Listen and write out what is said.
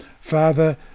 Father